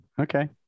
Okay